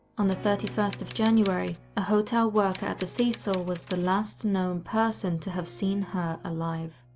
on the thirty first of january, a hotel worker at the cecil was the last known person to have seen her alive.